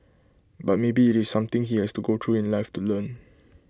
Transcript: but maybe IT is something he has to go through in life to learn